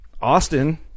austin